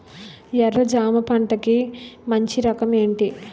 ఎర్ర జమ పంట కి మంచి రకం ఏంటి?